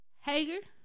Hager